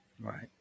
Right